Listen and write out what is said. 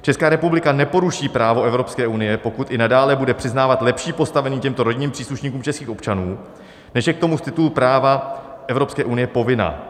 Česká republika neporuší právo Evropské unie, pokud i nadále bude přiznávat lepší postavení těmto rodinným příslušníkům českých občanů, než je k tomu z titulu práva Evropské unie povinna.